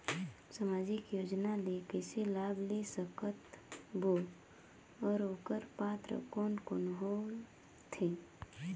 समाजिक योजना ले कइसे लाभ ले सकत बो और ओकर पात्र कोन कोन हो थे?